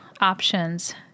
options